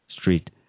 Street